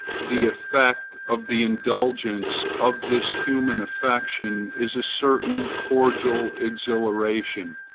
the effect of the indulgence of this human affection is a certain cordial exhilaration.